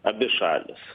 abi šalys